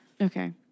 Okay